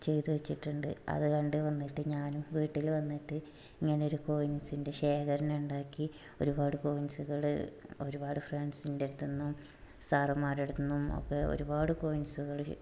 ചെയ്ത് വെച്ചിട്ടുണ്ട് അതു കണ്ട് വന്നിട്ട് ഞാനും വീട്ടിൽ വന്നിട്ട് ഇങ്ങനെ ഒരു കോയിൻസിൻ്റെ ശേഖരമുണ്ടാക്കി ഒരുപാട് കോയിൻസ്കൾ ഒരുപാട് ഫ്രണ്ട്സിൻ്റെ അടുത്തുന്ന സാർമാരുടെ അടുത്തുന്നും ഒക്കെ ഒരുപാട് കോയിൻസ്കൾ